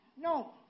No